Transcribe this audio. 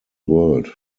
world